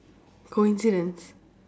coincidence